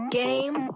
game